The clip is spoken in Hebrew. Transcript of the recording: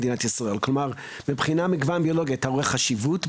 דעתך המקצועית --- התשובה היא